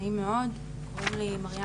נעים מאוד, קוראים לי מריאנה